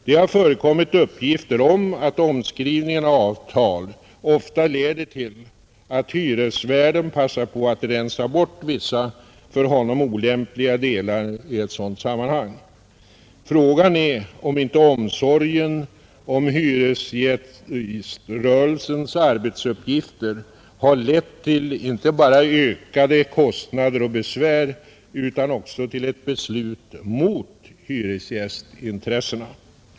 Det har förekommit uppgifter om att omskrivning av avtal ofta medför att hyresvärden i sådana sammanhang passar på att rensa bort vissa för honom olämpliga delar, Frågan är om inte omsorgen om hyresgäströrelsens arbetsuppgifter har lett till inte bara ökade kostnader och besvär utan också till ett beslut mot hyresgästintressena.